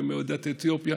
ומעדות אתיופיה,